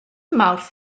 mawrth